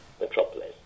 metropolis